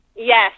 Yes